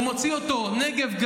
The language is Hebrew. הוא מוציא אותו נגב,